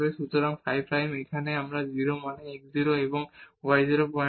সুতরাং phi prime এখানে এবং 0 মানে x 0 এবং y 0 পয়েন্ট